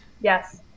Yes